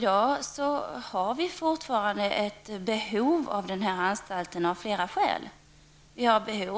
dag behöver vi den fortfarande av flera skäl.